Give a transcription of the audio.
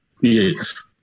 Yes